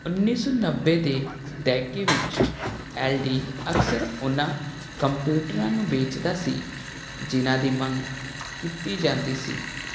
ਉੱਨੀ ਸੌ ਨੱਬੇ ਦੇ ਦਹਾਕੇ ਵਿੱਚ ਐਲਡੀ ਅਕਸਰ ਉਹਨਾਂ ਕੰਪਿਊਟਰਾਂ ਨੂੰ ਵੇਚਦਾ ਸੀ ਜਿਨ੍ਹਾਂ ਦੀ ਮੰਗ ਕੀਤੀ ਜਾਂਦੀ ਸੀ